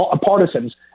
partisans